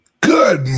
Good